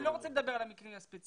אני לא רוצה לדבר על המקרה הספציפי,